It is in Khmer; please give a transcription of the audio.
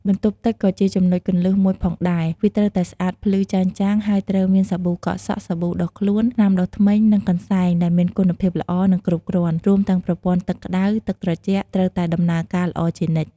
បន្ទប់ទឹកក៏ជាចំណុចគន្លឹះមួយផងដែរ វាត្រូវតែស្អាតភ្លឺចែងចាំងហើយត្រូវមាន សាប៊ូកក់សក់ សាប៊ូដុសខ្លួន ថ្នាំដុសធ្មេញ និងកន្សែង ដែលមានគុណភាពល្អ និងគ្រប់គ្រាន់ រួមទាំងប្រព័ន្ធទឹកក្តៅ ទឹកត្រជាក់ត្រូវតែដំណើរការល្អជានិច្ច។